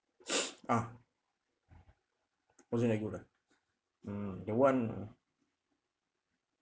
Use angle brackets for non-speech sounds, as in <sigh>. <breath> ah wasn't that good ah mm the one uh